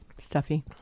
Stuffy